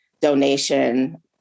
donation